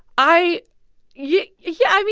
i yeah yeah. i mean,